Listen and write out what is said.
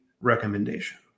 recommendation